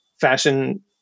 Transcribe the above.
fashion